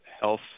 health